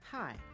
Hi